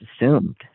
assumed